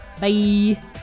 Bye